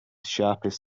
sharpest